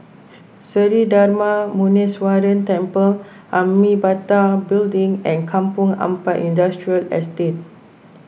Sri Darma Muneeswaran Temple Amitabha Building and Kampong Ampat Industrial Estate